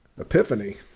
Epiphany